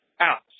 Alex